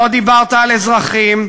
לא דיברת על אזרחים,